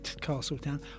Castletown